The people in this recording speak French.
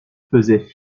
faisaient